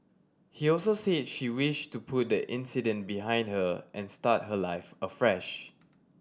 he also said she wished to put the incident behind her and start her life afresh